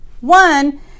One